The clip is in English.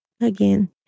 Again